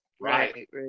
Right